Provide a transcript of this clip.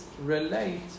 relate